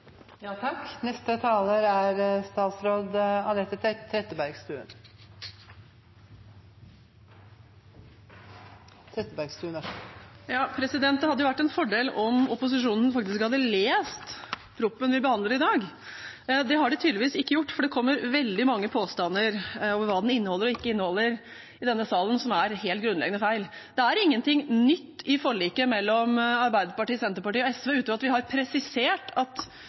Det hadde vært en fordel om opposisjonen faktisk hadde lest proposisjonen vi behandler i dag. Det har de tydeligvis ikke gjort, for i denne salen kommer det veldig mange påstander om hva den inneholder og ikke, som er helt grunnleggende feil. Det er ingenting nytt i forliket mellom Arbeiderpartiet, Senterpartiet og SV utover at vi har presisert at